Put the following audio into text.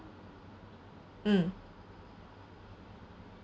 mm